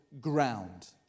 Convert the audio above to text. ground